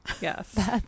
yes